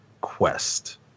quest